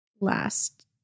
last